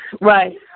Right